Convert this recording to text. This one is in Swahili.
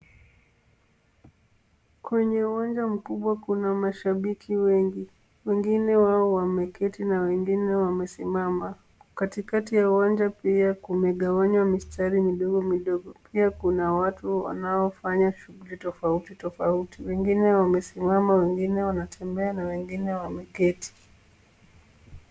Kwenye uwanja mkubwa kuna mashabiki wengi. Wengine wao wameketi na wengine wamesimama. Katikati ya uwanja pia kumegawanywa mistari midogo midogo, pia kuna watu wanaofanya shughuli tofauti tofauti. Wengine wamesimama, wengine wanatembea na wengine wameketi.